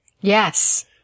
Yes